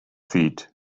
feet